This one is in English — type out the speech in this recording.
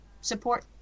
support